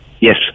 Yes